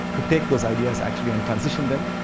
to take those ideas actually and transition them.